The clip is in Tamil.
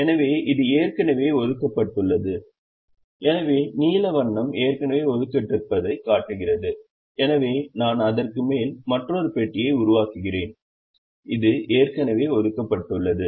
எனவே இது ஏற்கனவே ஒதுக்கப்பட்டுள்ளது எனவே நீல வண்ணம் ஏற்கனவே ஒதுக்கப்பட்டிருப்பதைக் காட்டுகிறது எனவே நான் அதற்கு மேல் மற்றொரு பெட்டியை உருவாக்குகிறேன் அது ஏற்கனவே ஒதுக்கப்பட்டுள்ளது